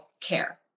care